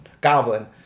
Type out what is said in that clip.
goblin